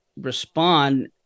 respond